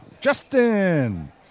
Justin